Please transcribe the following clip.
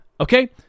Okay